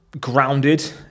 grounded